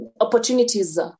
opportunities